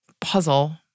puzzle